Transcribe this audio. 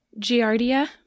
giardia